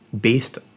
based